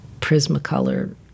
Prismacolor